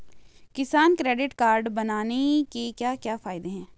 किसान credit card बनाने के क्या क्या फायदे हैं?